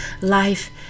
life